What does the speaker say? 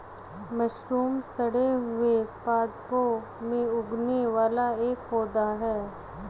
mushroom सड़े हुए पादपों में उगने वाला एक पौधा है